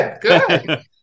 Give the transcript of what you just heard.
Good